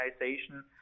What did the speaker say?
organization